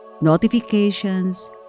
notifications